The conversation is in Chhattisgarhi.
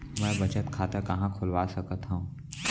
मै बचत खाता कहाँ खोलवा सकत हव?